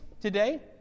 today